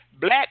black